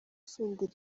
senderi